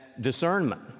discernment